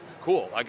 cool